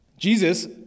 Jesus